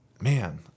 man